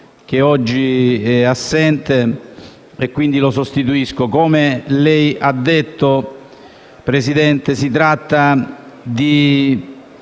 Grazie,